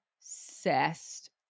obsessed